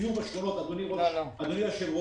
אדוני היושב ראש,